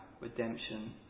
redemption